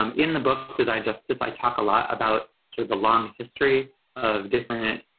um in the book design justice i talk a lot about sort of the long history of different